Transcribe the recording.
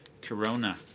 corona